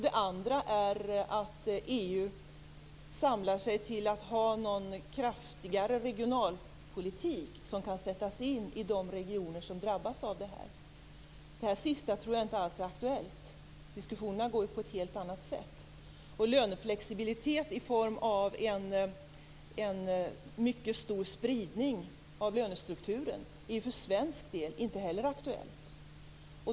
Den andra är att EU samlar sig till någon kraftigare regionalpolitik som kan sättas in i de regioner som drabbas av detta. Det sista tror jag inte alls är aktuellt. Diskussionerna går på ett helt annat sätt. Löneflexibilitet i form av en mycket stor spridning av lönestrukturen är för svensk del inte heller aktuell.